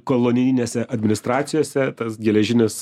kolonijinėse administracijose tas geležinis